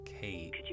Kate